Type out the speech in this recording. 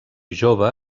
jove